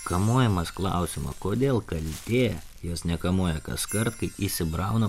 kamuojamas klausimo kodėl kaltė jos nekamuoja kaskart kai įsibrauna